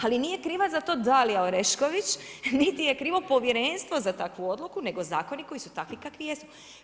Ali nije kriva za to Dalija Orešković, niti je krivo povjerenstvo za takvu odluku, nego zakoni koji su takvi kakvi jesu.